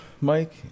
Mike